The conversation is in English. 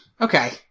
Okay